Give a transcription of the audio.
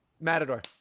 Matador